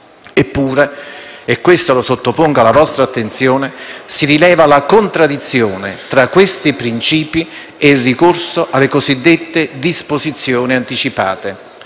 Eppure - sottopongo questo punto alla vostra attenzione - si rileva la contraddizione tra questi principi e il ricorso alle cosiddette disposizioni anticipate;